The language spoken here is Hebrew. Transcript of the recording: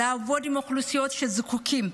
לעבוד עם אוכלוסיות של נזקקים,